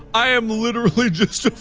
i am literally just